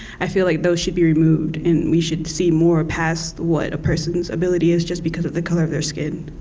i feel like those should be removed and we should see more past what a persons ability is just because of the color of their skin.